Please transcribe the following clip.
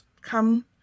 come